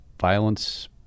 violence